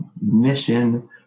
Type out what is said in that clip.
mission